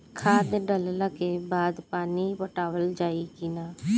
खाद डलला के बाद पानी पाटावाल जाई कि न?